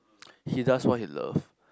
he does what he loves